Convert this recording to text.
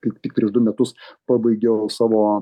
kaip tik prieš du metus pabaigiau savo